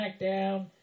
SmackDown